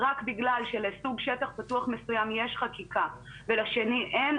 רק בגלל שלסוג שטח פתוח מסוים ישנה חקיקה ולשני אין,